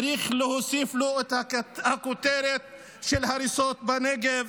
צריך להוסיף לו את הכותרת של הריסות בנגב,